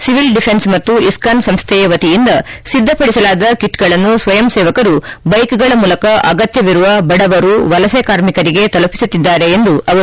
civil defence ಮತ್ತು ಐಸ್ಥಾನ್ ಸಂಸ್ವೆಯ ವತಿಯಿಂದ ಸಿದ್ದಪಡಿಸಲಾದ ಕಿಟ್ಗಳನ್ನು ಸ್ವಯಂ ಸೇವಕರು ಬೈಕ್ಗಳ ಮೂಲಕ ಅಗತ್ಯವಿರುವ ಬಡವರು ವಲಸೆ ಕಾರ್ಮಿಕರಿಗೆ ತಲುಪಿಸುತ್ತಿದ್ದಾರೆ ಎಂದರು